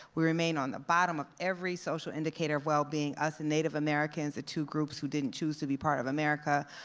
we remain on the bottom of every social indicator of well being, us and native americans, the two groups who didn't choose to be part of america.